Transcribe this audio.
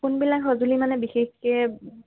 কোনবিলাক সঁজুলি মানে বিশেষকৈ